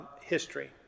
history